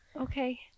Okay